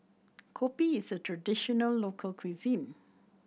Kopi is a traditional local cuisine